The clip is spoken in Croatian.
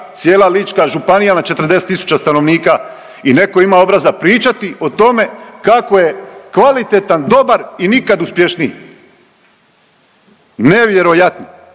cijela Lička županija ima 40 tisuća stanovnika i neko ima obraza pričati o tome kako je kvalitetan, dobar i nikad uspješniji. Nevjerojatno,